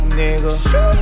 nigga